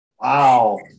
Wow